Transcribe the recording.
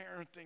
parenting